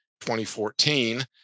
2014